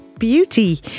beauty